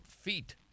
feet